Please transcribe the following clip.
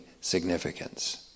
significance